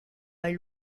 hay